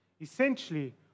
essentially